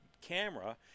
camera